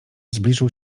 zbliżył